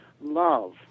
love